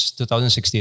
2016